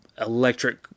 electric